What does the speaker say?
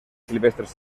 silvestres